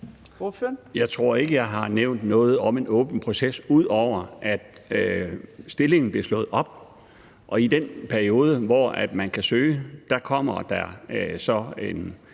Jeg tror ikke, jeg har nævnt noget om en åben proces, ud over at stillingen bliver slået op, og i den periode, hvor man kan søge, kommer der så en